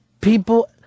People